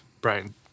Brian